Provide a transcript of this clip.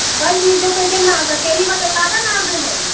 وۅنۍ دیٖزیو تُہۍ تیٚلہِ نَظر تیٚلہِ ییٖوا تُہۍ پگاہ نظرِ وۅنۍ